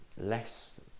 less